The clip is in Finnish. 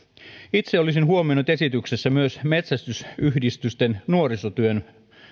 itse olisin huomioinut esityksessä myös metsästysyhdistysten nuorisotyön